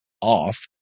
off